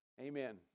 Amen